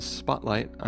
spotlight